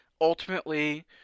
ultimately